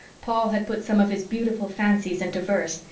paul had put some of his beautiful fancies into verse,